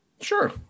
sure